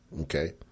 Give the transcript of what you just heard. Okay